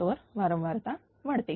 तर वारंवारता वाढते